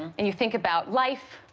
and you think about life,